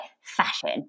fashion